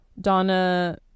Donna